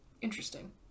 Interesting